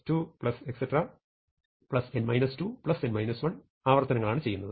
n 2n 1 ആവർത്തനങ്ങളാണ് ചെയ്യുന്നത്